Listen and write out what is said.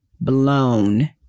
blown